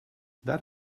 that